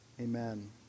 amen